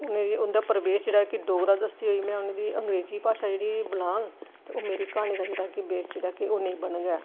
उ'नें गी उं'दा परिवेश जेह्ड़ा इक ऐ डोगरा नेईं दसदे होई में उ'नें गी अंग्रेजी भाशा जेह्ड़ी बलाह्ङ ओह् मेरी क्हानी दा जेह्ड़ा ऐ वेस ओह् नेईं बनग ऐ